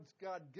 God